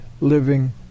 living